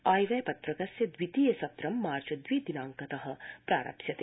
आय व्यय पत्रकस्य द्वितीय सत्रं मार्च द्वि दिनांकत प्रारप्स्यते